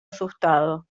asustado